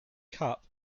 cup